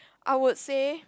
I would say